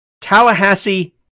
Tallahassee